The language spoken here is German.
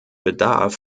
bedarf